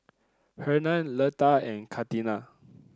Hernan Leta and Katina